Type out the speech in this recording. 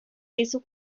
isso